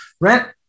rent